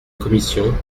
commission